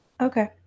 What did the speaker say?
Okay